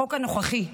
החוק הנוכחי,